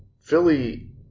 Philly